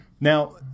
Now